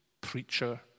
preacher